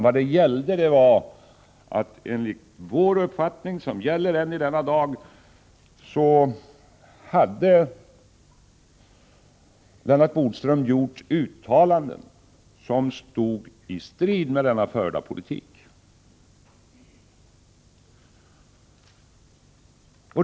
Vad det gällde var att Lennart Bodström enligt vår mening, som gäller än i denna dag, hade gjort uttalanden som stod i strid med den förda politiken.